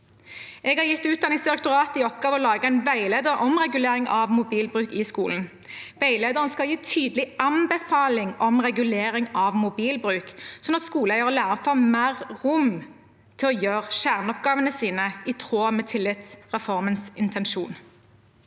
Jeg har gitt Utdanningsdirektoratet i oppgave å lage en veileder om regulering av mobilbruk i skolen. Veilederen skal gi tydelig anbefaling om regulering av mobilbruk, slik at skoleeiere og lærere får mer rom til å gjøre kjerneoppgavene sine, i tråd med tillitsreformens intensjon.